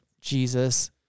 Jesus